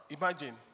imagine